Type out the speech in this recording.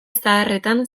zaharretan